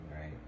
right